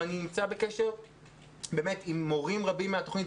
ואני נמצא בקשר עם מורים רבים מן התוכנית,